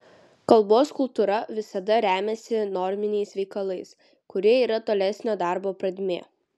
kalbos kultūra visada remiasi norminiais veikalais kurie yra tolesnio darbo pradmė